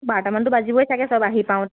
বাৰটামানটো বাজিবই চাগে চব বা আহি পাওঁত